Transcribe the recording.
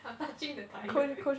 I'm touching the tire